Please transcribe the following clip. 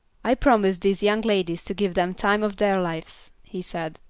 i promised these young ladies to give them time of their lives, he said,